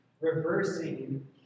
reversing